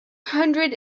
hundred